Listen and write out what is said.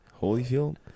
Holyfield